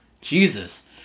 Jesus